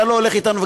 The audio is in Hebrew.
אתה לא הולך אתנו,